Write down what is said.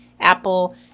Apple